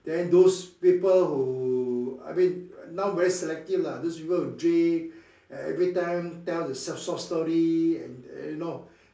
then those people who I mean now very selective lah those people who drink everytime tell the short short story and you know